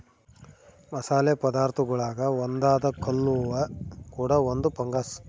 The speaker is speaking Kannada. ಮಸಾಲೆ ಪದಾರ್ಥಗುಳಾಗ ಒಂದಾದ ಕಲ್ಲುವ್ವ ಕೂಡ ಒಂದು ಫಂಗಸ್